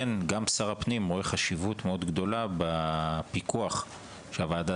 גם שר הפנים רואה חשיבות גדולה מאוד בפיקוח שהוועדה